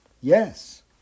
Yes